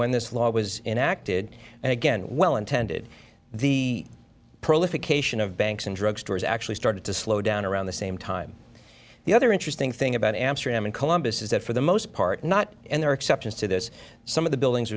when this law was enacted and again well intended the prolification of banks and drug stores actually started to slow down around the same time the other interesting thing about amsterdam and columbus is that for the most part not and there are exceptions to this some of the buildings